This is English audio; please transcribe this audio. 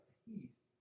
peace